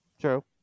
True